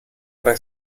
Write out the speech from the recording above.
tre